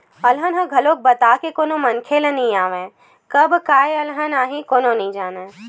अलहन ह घलोक बता के कोनो मनखे ल नइ आवय, कब काय अलहन आही कोनो नइ जानय